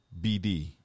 BD